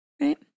Right